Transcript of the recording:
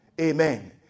Amen